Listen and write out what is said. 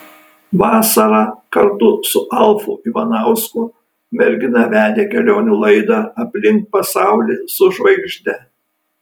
vasarą kartu su alfu ivanausku mergina vedė kelionių laidą aplink pasaulį su žvaigžde